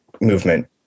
movement